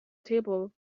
table